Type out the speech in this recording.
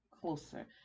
closer